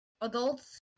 adults